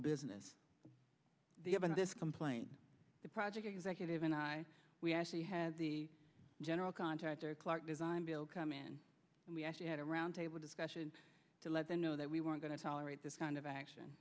this complain the project executive and i we actually had the general contractor clarke design build come in and we actually had a roundtable discussion to let them know that we weren't going to tolerate this kind of action